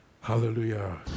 Hallelujah